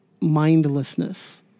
mindlessness